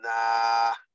Nah